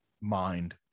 mind